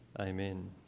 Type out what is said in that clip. Amen